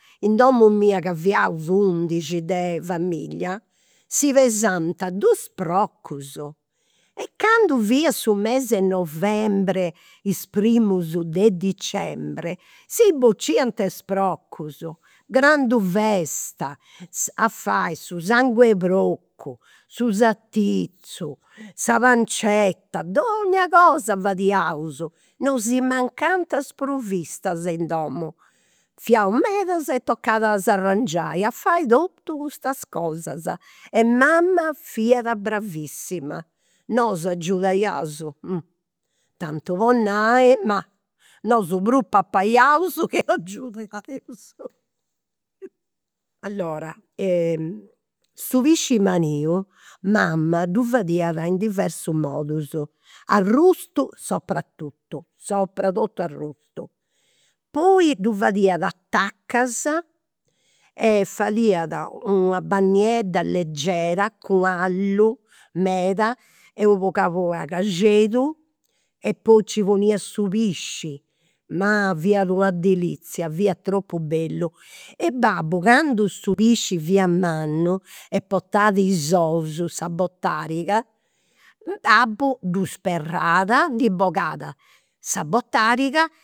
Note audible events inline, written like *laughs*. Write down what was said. In domu mia ca fiaus undixi de familia, si pesant dus procus. E candu fiat su mes'e novembre, is primus de dicembre, si *unintelligible* is procus. Grandu festa, a fai su sangu'e procu, su sartizzu, sa pancetta, donnia cosa fadiaus, non si mancant is provistas in domu. Fiaus meda e tocat a s'arrangiai, a fai totus custas cosas. E mama fiat bravissima, nosu agiudaiaus, tanti po nai, ma nosu prus papaiaus chi agiudeus. *laughs* Allora, su pisci maniu mama ddu fadiat in diversus modus, arrustu sopratuttu, sopratotu arrustu. Poi ddu fadiat a tacas, poi fadiat una bagnedda leggera cun allu meda e pagu pagu *unintelligible* e poi nci poniat su pisci. Ma fiat una, *unintelligible* fiat tropu bellu. E babbu candu su pisci fia mannu e portat is ous, sa botariga, babbu ddu sperrat, ndi bogat sa botariga